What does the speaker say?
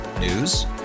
News